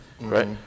right